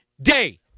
day